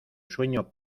sueño